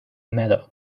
matter